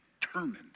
determined